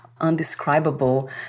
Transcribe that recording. undescribable